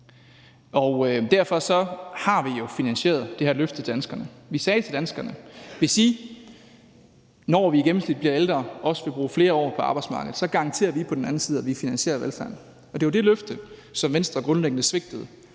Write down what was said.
derfor har vi jo finansieret det her løfte til danskerne. Vi sagde til danskerne: Hvis I, når vi i gennemsnit bliver ældre, også skal bruge flere år på arbejdsmarkedet, så garanterer vi på den anden side, at vi finansierer velfærden. Og det er jo det løfte, som Venstre grundlæggende svigtede,